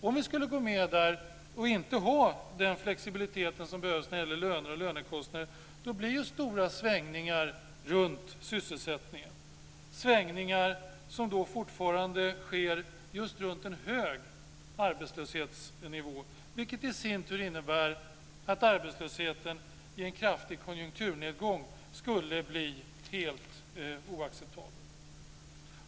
Om vi skulle gå med och inte ha den flexibilitet som behövs när det gäller löner och lönekostnader, blir det stora svängningar runt sysselsättningen. Dessa svängningar skulle fortfarande ske runt en hög arbetslöshetsnivå. Det skulle i sin tur innebära att arbetslösheten skulle bli helt oacceptabel i en kraftig konjunkturnedgång.